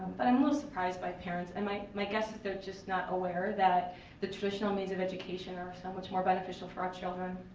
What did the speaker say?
but i'm a little surprised by parents. and my my guess is they're just not aware that the traditional means of education are so much more beneficial for our children.